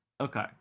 Okay